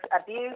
abuse